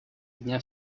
дня